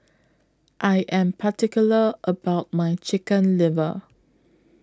I Am particular about My Chicken Liver